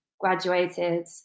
graduated